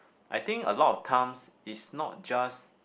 I think a lot of times it's not just